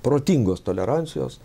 protingos tolerancijos